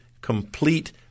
complete